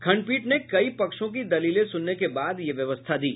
खंडपीठ ने कई पक्षों की दलीलें सुनने के बाद यह व्यवस्था दी